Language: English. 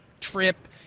trip